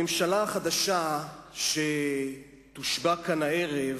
הממשלה החדשה שתושבע כאן הערב